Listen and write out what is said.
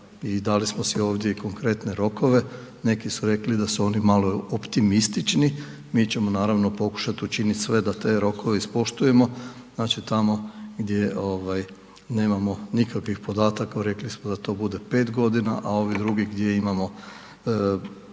dali sve ovdje i konkretne rokove, neki su rekli da su oni malo optimistični, mi ćemo naravno pokušat učinit sve da te rokove ispoštujemo, znači tamo gdje nemamo nikakvih podataka, rekli smo da to bude 5 g. a ovi drugi gdje imamo